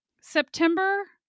September